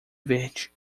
verde